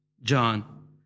John